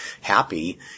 happy